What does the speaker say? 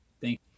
Thank